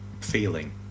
feeling